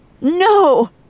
No